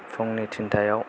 फुंनि थिनथायाव